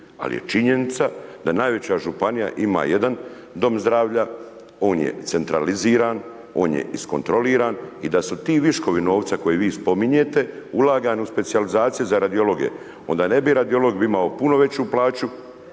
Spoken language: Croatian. ali je činjenica da najveća županija ima jedan dom zdravlja, on je centraliziran, on je iskontroliran i da su ti viškovi novca koje vi spominjete ulagani u specijalizacije za radiologe, onda ne bi radiolog imao puno veću plaću